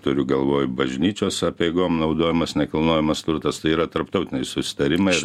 turiu galvoj bažnyčios apeigom naudojamas nekilnojamas turtas tai yra tarptautiniai susitarimai ir